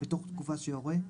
בתוך תקופה שיורה,